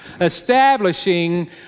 establishing